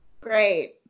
Great